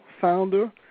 founder